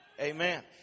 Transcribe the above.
Amen